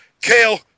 Kale